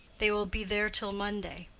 they will be there till monday.